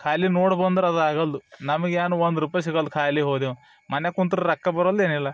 ಖಾಲಿ ನೋಡಿ ಬಂದ್ರೆ ಅದು ಆಗಲ್ದು ನಮಗೆ ಏನು ಒಂದು ರುಪಾಯ್ ಸಿಗಲ್ದು ಖಾಲಿ ಹೋದೆವು ಅಂದು ಮನೆಗೆ ಕುಂತ್ರೆ ರೊಕ್ಕ ಬರಲ್ದು ಏನು ಇಲ್ಲ